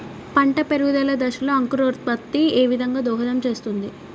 పంట పెరుగుదల దశలో అంకురోత్ఫత్తి ఏ విధంగా దోహదం చేస్తుంది?